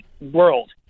world